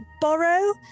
borrow